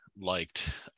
liked